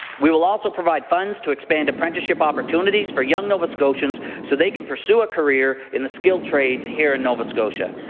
we will also provide funds to expand apprenticeship opportunities for young nova scotians so they can pursue a career in the skilled trades here in nova scotia.